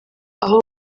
aho